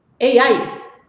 AI